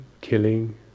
killing